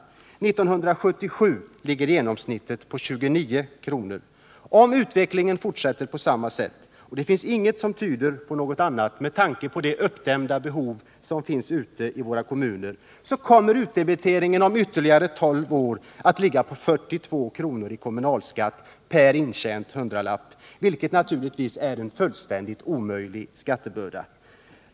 1977 låg genomsnittet på 29 kr. Om utvecklingen fortsätter på samma sätt — och det finns ingenting som tyder på något annat med tanke på de uppdämda behov som finns ute i kommunerna — kommer utdebiteringen om ytterligare tolv år att ligga på 42 kr. i kommunalskatt per intjänad hundralapp, vilket naturligtvis är en fullständigt omöjlig skattebörda.